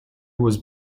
was